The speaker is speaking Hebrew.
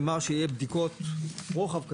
שיהיו בדיקות רוחב כזה,